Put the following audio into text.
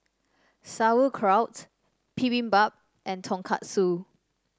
Sauerkraut Bibimbap and Tonkatsu